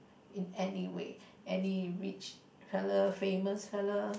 in anywhere any rich fella famous fella